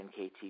NKT